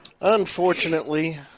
Unfortunately